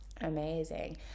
amazing